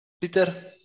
Peter